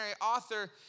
author